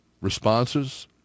responses